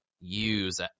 use